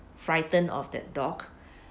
frightened of that dog